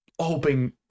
hoping